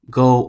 go